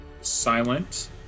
Silent